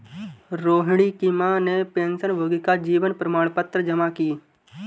रोहिणी की माँ ने पेंशनभोगी का जीवन प्रमाण पत्र जमा की